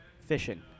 Fishing